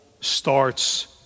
starts